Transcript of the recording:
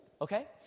okay